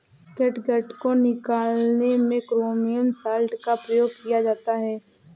catgut को निकालने में क्रोमियम सॉल्ट का प्रयोग किया जाता है